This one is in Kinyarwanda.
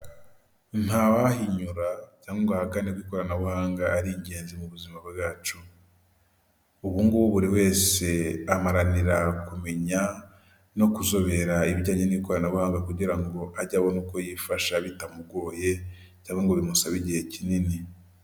Ntawahinyura cyangwa ngo ahakane ko ikoranabuhanga ari ingenzi mu buzima bwacu ubungubu buri wese aharanira kumenya no kuzobera ibijyanye n'ikoranabuhanga kugira ngo ajye abone uko yifasha bitamugoye cyangwa ngo bimusabe igihe kinini .